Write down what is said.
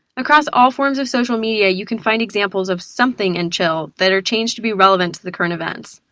across all forms of social media, you can find examples of something and chill that are changed to be relevant to the current events.